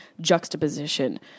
juxtaposition